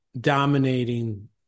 dominating